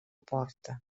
porta